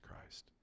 Christ